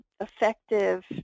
effective